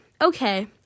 Okay